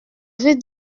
veux